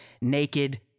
naked